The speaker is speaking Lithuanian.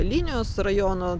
linijos rajono